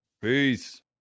Peace